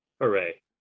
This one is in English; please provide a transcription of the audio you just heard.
hooray